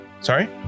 sorry